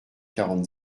quarante